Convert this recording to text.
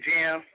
Jam